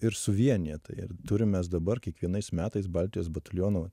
ir suvienija tai ir turim mes dabar kiekvienais metais baltijos bataliono